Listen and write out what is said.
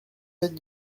sept